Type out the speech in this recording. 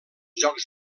jocs